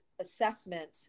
assessment